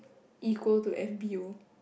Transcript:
equal to F_B_O